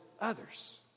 others